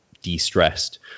De-stressed